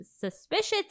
suspicious